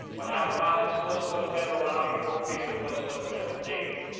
what appomattox was for the federal army, fort fisher was for the federal navy.